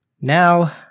Now